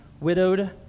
widowed